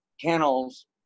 kennels